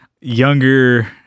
younger